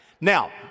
Now